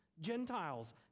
Gentiles